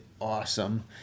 awesome